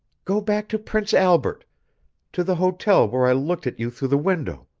go back to prince albert to the hotel where i looked at you through the window.